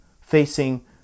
facing